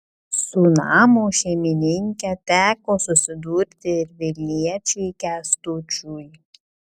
su namo šeimininke teko susidurti ir vilniečiui kęstučiui